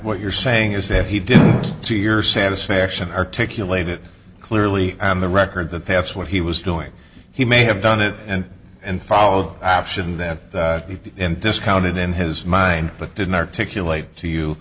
what you're saying is that he did to your satisfaction articulated clearly on the record that that's what he was doing he may have done it and and follow option that he discounted in his mind but didn't articulate to you